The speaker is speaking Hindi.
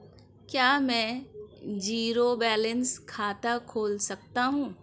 क्या मैं ज़ीरो बैलेंस खाता खोल सकता हूँ?